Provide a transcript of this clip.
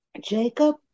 Jacob